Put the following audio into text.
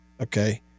okay